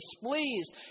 displeased